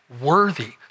worthy